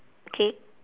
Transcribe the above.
cake